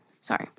sorry